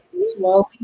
slowly